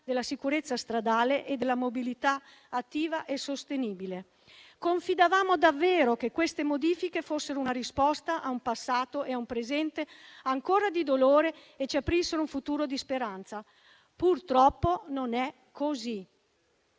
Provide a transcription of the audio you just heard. della sicurezza stradale e della mobilità attiva e sostenibile. Confidavamo davvero che queste modifiche fossero una risposta a un passato e a un presente ancora di dolore e ci aprissero un futuro di speranza. Purtroppo non è così.